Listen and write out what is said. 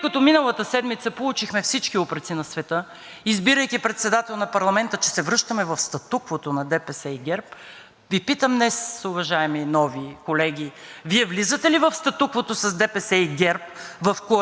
Ви питам днес, уважаеми нови колеги: Вие влизате ли в статуквото с ДПС и ГЕРБ, в коалиция на войната срещу коалиция на хартията, както наричате промяната в Изборния кодекс?